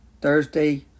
Thursday